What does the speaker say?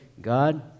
God